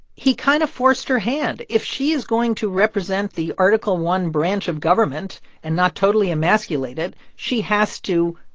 he kind of forced her hand if she is going to represent the article i branch of government and not totally emasculate it, she has to